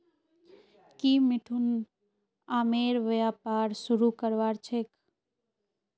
की मिथुन आमेर व्यापार शुरू करवार छेक